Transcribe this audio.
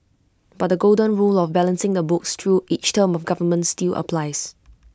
but the golden rule of balancing the books through each term of government still applies